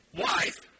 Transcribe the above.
wife